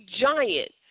giant